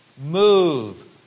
move